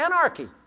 anarchy